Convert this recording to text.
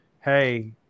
Hey